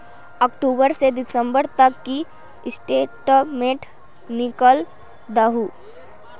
अक्टूबर से दिसंबर तक की स्टेटमेंट निकल दाहू?